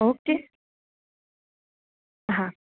okay હા